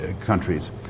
countries